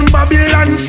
Babylon